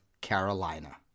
Carolina